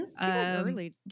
early